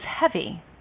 heavy